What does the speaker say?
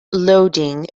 loading